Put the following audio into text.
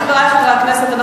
חברי חברי הכנסת.